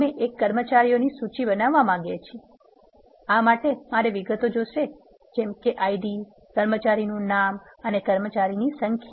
અમે એક કર્મચારીઓની સૂચિ બનાવવા માંગીએ છીએ આ માટે મારે વિગતો જોશે જેમ કે આઈડી કર્મચારીનું નામ અને કર્મચારીઓની સંખ્યા